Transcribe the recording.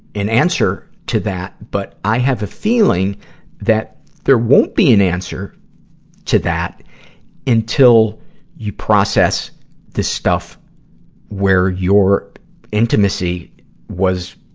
an answer to that, but i have a feeling that there won't be an answer to that until you process the stuff where your intimacy was,